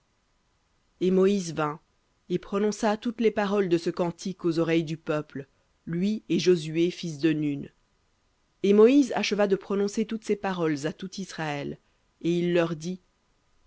et moïse vint et prononça toutes les paroles de ce cantique aux oreilles du peuple lui et josué fils de nun et moïse acheva de prononcer toutes ces paroles à tout israël et il leur dit